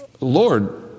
Lord